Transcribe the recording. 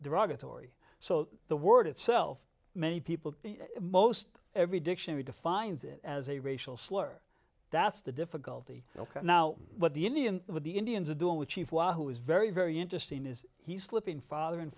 derogatory so the word itself many people most every dictionary defines it as a racial slur that's the difficulty ok now what the indian with the indians are doing with chief wahoo is very very interesting is he slipping father and